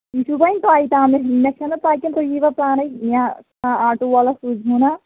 یہِ چھُو وۄنۍ تۄہہِ تامٕے مےٚ چھَنہٕ پَے کیٚنہہ تُہۍ ییٖوا پانَے یا کانٛہہ آٹوٗ وولا سوٗزۍہوٗنہ